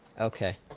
Okay